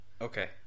okay